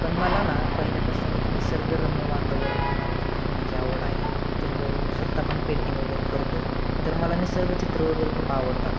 पण मला ना पहिल्यापासून एक निसर्गरम्य वातावरणात फिरण्याची आवड आहे त्याचबरोबरीने मी स्वत पण पेंटिंग वगैरे करतो तर मला निसर्गचित्र वगैरे खूप आवडतात